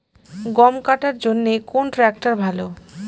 গম কাটার জন্যে কোন ট্র্যাক্টর ভালো?